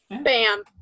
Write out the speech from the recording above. Bam